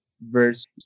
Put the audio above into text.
verse